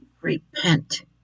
repent